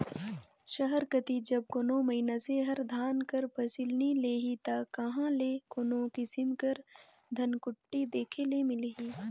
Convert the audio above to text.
सहर कती जब कोनो मइनसे हर धान कर फसिल नी लेही ता कहां ले कोनो किसिम कर धनकुट्टी देखे ले मिलही